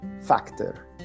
factor